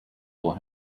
will